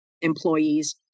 employees